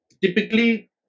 typically